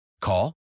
Call